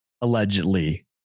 allegedly